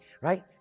right